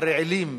הרעילים,